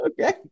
Okay